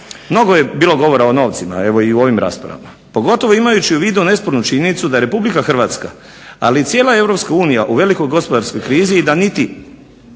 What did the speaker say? Mnogo je bilo govora o novcima, evo i u ovim raspravama, pogotovo imajući u vidu neospornu činjenicu da je RH, ali i cijela EU u velikoj gospodarskoj krizi i da niti